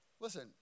Listen